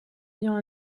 ayant